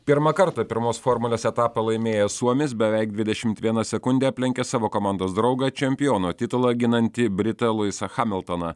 pirmą kartą pirmos formulės etapą laimėjęs suomis beveik dvidešimt viena sekunde aplenkęs savo komandos draugą čempiono titulą ginantį britą luisą hamiltoną